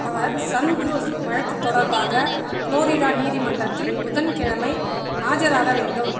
அவர் சன்குரூஸ் வழக்குத் தொடர்பாக புளோரிடா நீதிமன்றத்தில் புதன்கிழமை ஆஜராக வேண்டும்